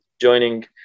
joining